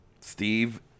Steve